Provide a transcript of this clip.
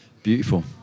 Beautiful